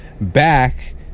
back